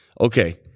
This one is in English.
okay